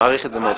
מעריך את זה מאוד.